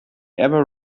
ever